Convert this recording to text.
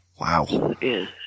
Wow